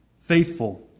faithful